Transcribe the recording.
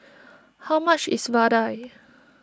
how much is Vadai